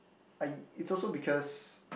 I it's also because